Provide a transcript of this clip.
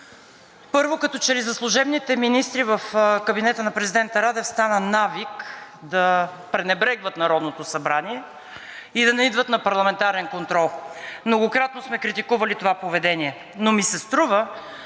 Първо, като че ли за служебните министри в кабинета на президента Радев стана навик да пренебрегват Народното събрание и да не идват на парламентарен контрол. Многократно сме критикували това поведение, но ми се струва,